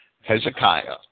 Hezekiah